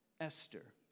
Esther